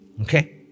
Okay